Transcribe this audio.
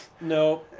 no